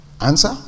Answer